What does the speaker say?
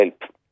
help